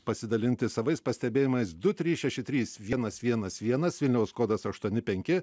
pasidalinti savais pastebėjimais du trys šeši trys vienas vienas vienas vilniaus kodas aštuoni penki